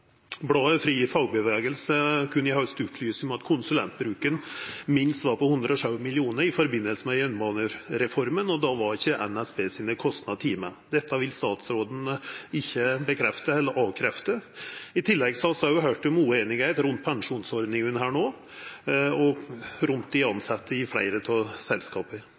kostar. FriFagbevegelse kunne i haust opplysa om at kostnadene til bruk av konsulentar i forbindelse med jernbanereforma var på minst 107 mill. kr, og då var ikkje NSB sine kostnader tekne med. Dette vil statsråden ikkje bekrefta eller avkrefta. I tillegg har vi òg høyrt om ueinigheit rundt pensjonsordningane her no, og rundt dei tilsette i fleire av selskapa.